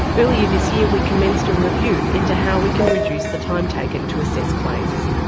earlier this year we commenced a review into how we can reduce the time taken to assess claims.